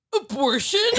Abortion